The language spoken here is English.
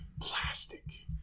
plastic